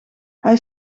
hij